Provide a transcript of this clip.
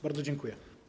Bardzo dziękuję.